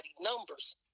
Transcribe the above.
numbers